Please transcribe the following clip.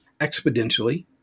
exponentially